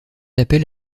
appel